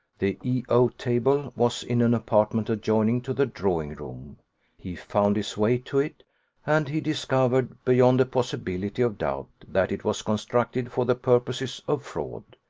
the e o table was in an apartment adjoining to the drawing-room he found his way to it and he discovered, beyond a possibility of doubt, that it was constructed for the purposes of fraud.